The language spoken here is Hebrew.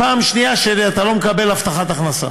כשאתה לא מקבל הבטחת הכנסה.